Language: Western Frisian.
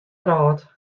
wrâld